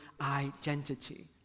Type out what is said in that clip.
identity